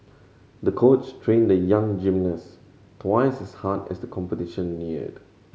the coach trained the young gymnast twice as hard as the competition neared